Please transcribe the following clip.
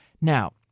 Now